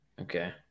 Okay